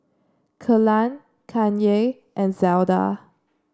Kelan Kanye and Zelda